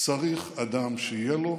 צריך אדם שיהיה לו,